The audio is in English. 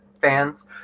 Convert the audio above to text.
fans